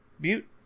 Butte